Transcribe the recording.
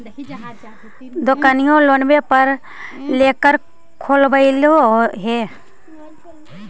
दोकनिओ लोनवे पर लेकर खोललहो हे?